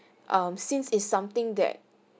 um since is something that